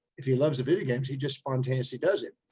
if he loves the video games, he just spontaneously does it.